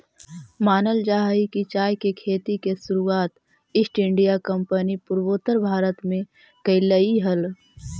मानल जा हई कि चाय के खेती के शुरुआत ईस्ट इंडिया कंपनी पूर्वोत्तर भारत में कयलई हल